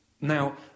Now